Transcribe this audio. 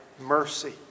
mercy